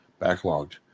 backlogged